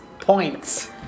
points